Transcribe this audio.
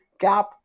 cap